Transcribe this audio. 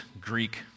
Greek